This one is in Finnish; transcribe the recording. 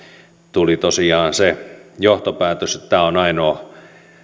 tuli tosiaan se johtopäätös että tämä on ainoa